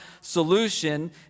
solution